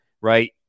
right